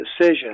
decision